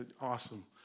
awesome